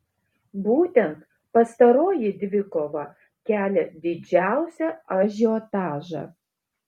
būtent pastaroji dvikova kelia didžiausią ažiotažą